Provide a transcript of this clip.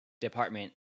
department